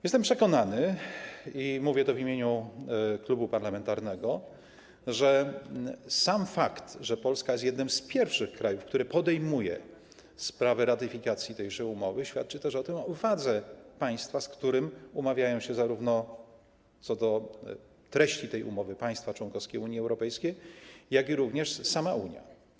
Jestem przekonany, i mówię to w imieniu klubu parlamentarnego, że sam fakt, że Polska jest jednym z pierwszych krajów, które podejmują sprawę ratyfikacji tejże umowy, świadczy to wadze państwa, z którym umawiają się zarówno co do treści tej umowy państwa członkowskie Unii Europejskiej, jak i sama Unia.